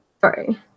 Sorry